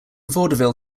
vaudeville